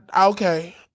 okay